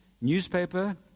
newspaper